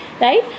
right